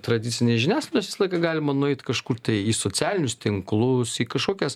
tradicinėj žiniasklaidoj visą laiką galima nueit kažkur tai į socialinius tinklus į kažkokias